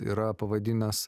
yra pavadinęs